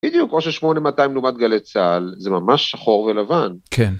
בדיוק כמו ש8200 לעומת גלי צהל זה ממש שחור ולבן. -כן.